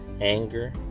anger